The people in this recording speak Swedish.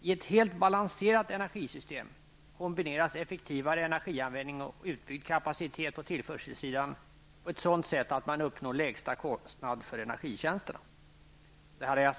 I ett helt balanserat energisystem kombineras effektivare energianvändning och utbyggd kapacitet på tillförselsidan på ett sådant sätt att man uppnår lägsta kostnad för energitjänsterna.'' Fru talman!